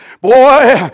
Boy